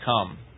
come